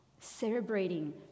Celebrating